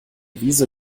wiese